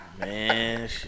Man